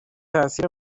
تاثیر